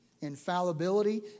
infallibility